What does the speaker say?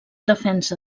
defensa